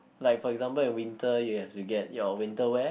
like for example in winter uh you have to get your winter wear